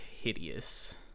hideous